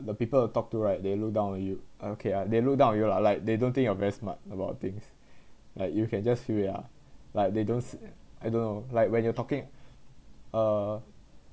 the people you talk to right they look down on you ah okay ah they look down on you lah like they don't think you're very smart a lot of things like you can just feel it ah like they don't s~ I don't know like when you're talking uh